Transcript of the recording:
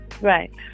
Right